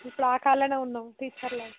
ఇప్పడు ఆ కాల్ లోనే ఉన్నాము తీస్తలేదు